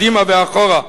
קדימה ואחורה,